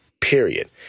period